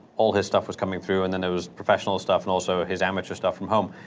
all his stuff was coming through, and then there was professional stuff, and also his amateur stuff from home,